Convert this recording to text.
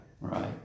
right